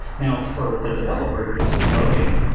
now for a developer who's debugging,